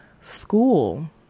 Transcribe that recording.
school